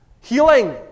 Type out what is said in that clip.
healing